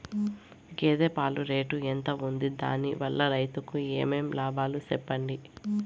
గేదె పాలు రేటు ఎంత వుంది? దాని వల్ల రైతుకు ఏమేం లాభాలు సెప్పండి?